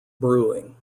brewing